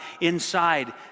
inside